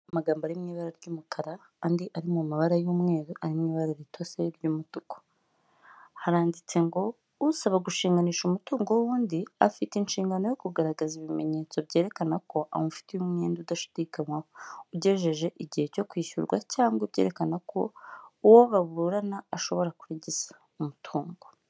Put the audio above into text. Amagambo ari mu ibara ry'umukara andi ari mu mabara y'umweru arimo ibara ritose ry'umutuku, haranditse ngo usaba gushinganisha umutungo w'undi afite inshingano yo kugaragaza ibimenyetso byerekana ko amufitiye umwenda udashidikanywaho, ugejeje igihe cyo kwishyurwa cyangwa ibyerekana ko uwo baburana ashobora kurigisa umutungo.